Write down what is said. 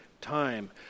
time